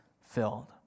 filled